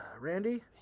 Randy